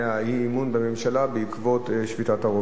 האי-אמון בממשלה בעקבות שביתת הרופאים.